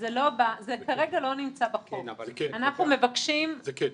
נכון לעכשיו,